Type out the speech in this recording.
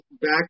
back